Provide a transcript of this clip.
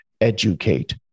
educate